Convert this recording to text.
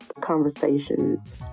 conversations